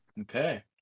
Okay